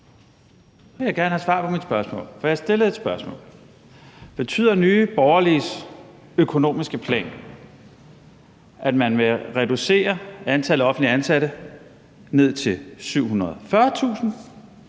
Jeg vil gerne have svar på mit spørgsmål, for jeg stillede et spørgsmål. Betyder Nye Borgerliges økonomiske plan, at man vil reducere antallet af offentligt ansatte ned til 740.000